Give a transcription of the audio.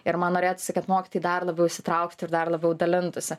ir man norėtųsi kad mokytojai dar labiau įsitrauktų ir dar labiau dalintųsi